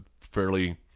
fairly